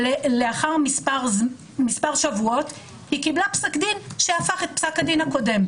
ולאחר מספר שבועות היא קיבלה פסק דין שהפך את פסק הדין הקודם.